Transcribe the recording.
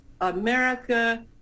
America